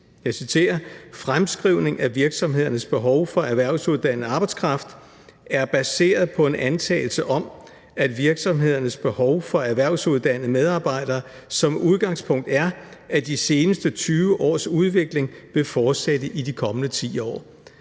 af modellen: »Fremskrivning af virksomhedernes behov for erhvervsuddannet arbejdskraft er baseret på en antagelse om, at virksomhedernes behov for erhvervsuddannede medarbejdere som udgangspunkt er, at de seneste 20 års udvikling vil fortsætte i de kommende 10 år.«